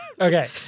Okay